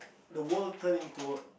the world turn into a